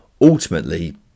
ultimately